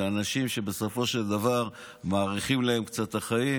אנשים שבסופו של דבר מאריכים להם את החיים